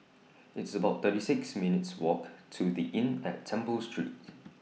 It's about thirty six minutes' Walk to The Inn At Temple Street